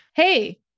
Hey